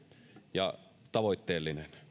ja tavoitteellinen